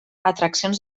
atraccions